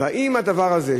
האם הדבר הזה,